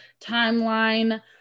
timeline